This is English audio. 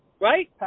right